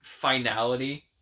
finality